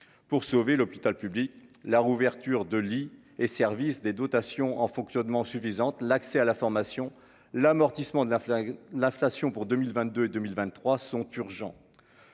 pour sauver l'hôpital public, la réouverture de lits et services des dotations en fonctionnement suffisante, l'accès à la formation, l'amortissement de l'inflation, l'inflation pour 2022 2023 sont urgents,